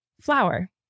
Flower